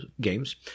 games